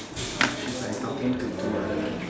she's like talking to two other